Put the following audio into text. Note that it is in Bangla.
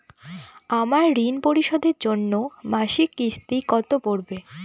আমার ঋণ পরিশোধের জন্য মাসিক কিস্তি কত পড়বে?